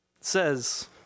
says